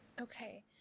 Okay